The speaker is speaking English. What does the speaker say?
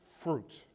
fruit